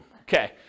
okay